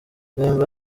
bemba